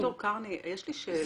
ד"ר קרני, יש לי שאלה.